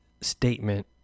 statement